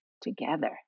together